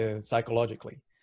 psychologically